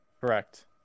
correct